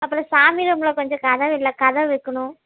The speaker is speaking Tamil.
அப்புறோம் சாமிரூமில் கொஞ்சம் கதவு இல்லை கதவு வைக்குணும்